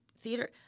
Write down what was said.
theater